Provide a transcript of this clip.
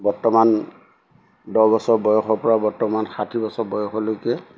বৰ্তমান দহ বছৰ বয়সৰ পৰা বৰ্তমান ষাঠি বছৰ বয়সলৈকে